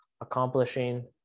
accomplishing